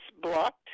blocked